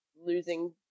losing